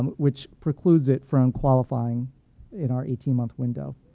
um which precludes it from qualifying in our eighteen month window.